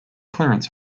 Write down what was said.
clearance